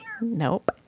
Nope